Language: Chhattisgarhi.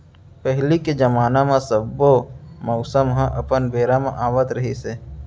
पहिली के जमाना म सब्बो मउसम ह अपन बेरा म आवत रिहिस हे